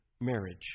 marriage